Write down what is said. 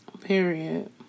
Period